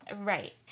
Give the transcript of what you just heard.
Right